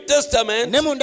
Testament